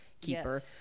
Keeper